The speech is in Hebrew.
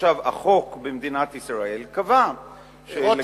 החוק במדינת ישראל קבע שלגבי,